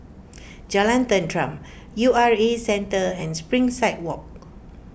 Jalan Tenteram U R A Centre and Springside Walk